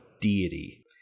deity